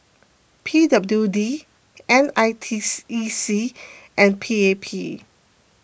P W D N I T E C and P A P